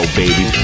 baby